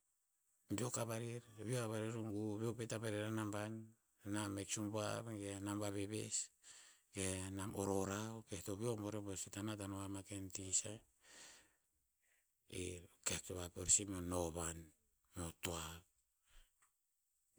Beok a varer veo a vai rer o gu veo pet a vai rer a naban, nam hek subuav ge a nam vaveves ge a nam orora okeh to veo akuk bo rebuer sih hikta nat ano ma ken ti sah. E keh- to vapeo rer sih meo novan meo toa